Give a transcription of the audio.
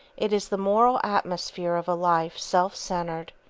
it is the moral atmosphere of a life self-centred,